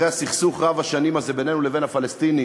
אחרי הסכסוך רב-השנים הזה בינינו לבין הפלסטינים,